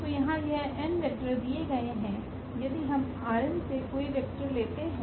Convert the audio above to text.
तो यहाँ यह n वेक्टर दिए गए है यदि हम से कोई वेक्टर लेते है